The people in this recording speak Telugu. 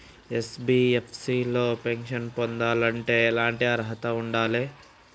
ఎన్.బి.ఎఫ్.సి లో ఫైనాన్స్ పొందాలంటే ఎట్లాంటి అర్హత ఉండాలే?